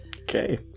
okay